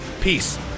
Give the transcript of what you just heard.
Peace